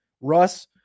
Russ